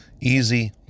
Easy